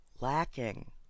lacking